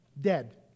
dead